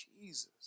Jesus